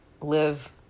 live